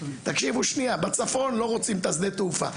תקשיבו שנייה בצפון לא רוצים את השדה תעופה.